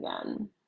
again